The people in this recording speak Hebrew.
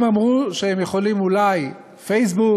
הם אמרו שהם יכולים אולי פייסבוק,